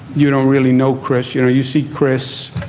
you don't really know, chris. you know, you see chris.